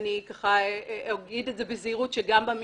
ואני אגיד את זה בזהירות שגם בממשל